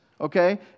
okay